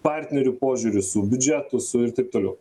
partnerių požiūriu su biudžetu su ir taip toliau